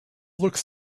looks